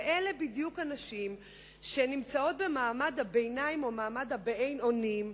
ואלה בדיוק הנשים שנמצאות במעמד הביניים או מעמד ה"באין אונים",